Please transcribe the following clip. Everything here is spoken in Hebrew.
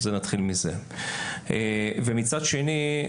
מצד שני,